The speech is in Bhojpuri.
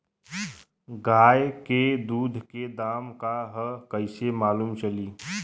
गाय के दूध के दाम का ह कइसे मालूम चली?